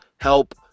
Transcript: Help